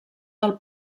del